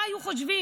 מה היו חושבים?